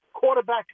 quarterback